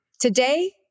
Today